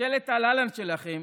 ממשלת הלה-לה-לנד שלכם